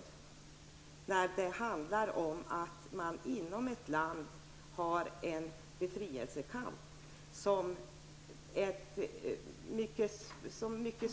I stället handlar det om att det i ett land förs en befrielsekamp som ett mycket